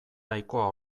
nahikoa